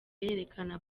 yerekana